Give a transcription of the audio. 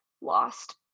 lost